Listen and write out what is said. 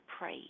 pray